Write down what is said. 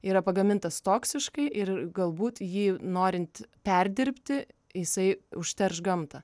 yra pagamintas toksiškai ir galbūt jį norint perdirbti jisai užterš gamtą